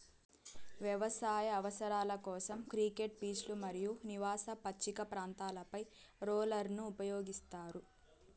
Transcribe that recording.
వ్యవసాయ అవసరాల కోసం, క్రికెట్ పిచ్లు మరియు నివాస పచ్చిక ప్రాంతాలపై రోలర్లను ఉపయోగిస్తారు